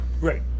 Right